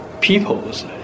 peoples